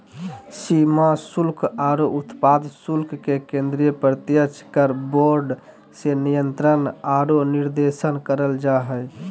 सीमा शुल्क आरो उत्पाद शुल्क के केंद्रीय प्रत्यक्ष कर बोर्ड से नियंत्रण आरो निर्देशन करल जा हय